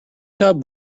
top